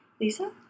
Lisa